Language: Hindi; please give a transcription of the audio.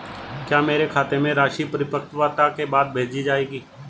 क्या मेरे खाते में राशि परिपक्वता के बाद भेजी जाएगी?